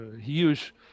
huge